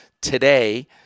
today